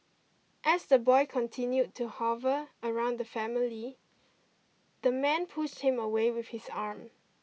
as the boy continued to hover around the family the man pushed him away with his arm